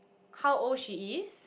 how old she is